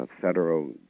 federal